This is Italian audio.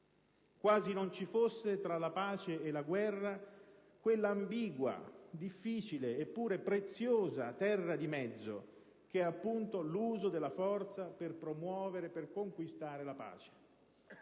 quasi non ci fosse tra la pace e la guerra quell'ambigua, difficile e pure preziosa terra di mezzo che è appunto l'uso della forza per promuovere e per conquistare la pace.